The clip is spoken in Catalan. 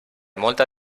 molta